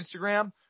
instagram